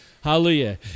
Hallelujah